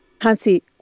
Hansi